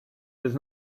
does